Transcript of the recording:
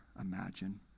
imagine